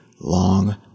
long